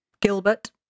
Gilbert